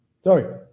Sorry